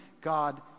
God